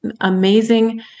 amazing